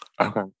Okay